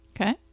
Okay